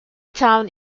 town